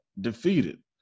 defeated